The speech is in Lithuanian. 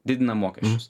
didinam mokesčius